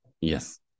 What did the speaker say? yes